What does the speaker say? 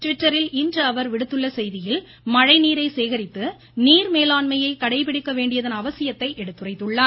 ட்விட்டரில் இன்று அவர் விடுத்துள்ள செய்தியில் மழைநீரை சேகரித்து நீர் மேலாண்மையை கடைபிடிக்க வேண்டியதன் அவசியத்தை எடுத்துரைத்துள்ளார்